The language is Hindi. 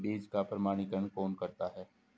बीज का प्रमाणीकरण कौन करता है?